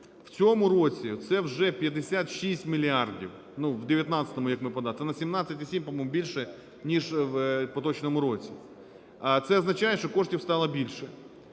В цьому році це вже 56 мільярдів, ну в 19-му, як ми подали, це на 17,7, по-моєму, більше, ніж в поточному році. Це означає, що коштів стало більше.